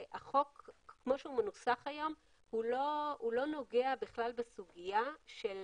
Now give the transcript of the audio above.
כמו שהוא מנוסח היום, לא נוגע בכלל בסוגיה של